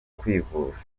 kwivuza